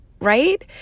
right